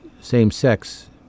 same-sex